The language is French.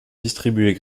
distribuées